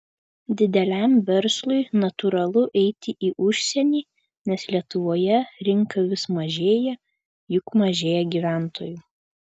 dideliam verslui natūralu eiti į užsienį nes lietuvoje rinka vis mažėja juk mažėja gyventojų